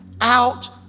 out